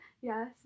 yes